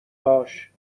هاش